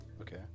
Okay